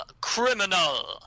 criminal